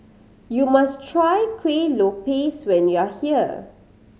you must try Kueh Lopes when you are here